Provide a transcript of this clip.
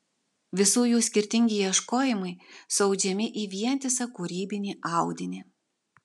visų jų skirtingi ieškojimai suaudžiami į vientisą kūrybinį audinį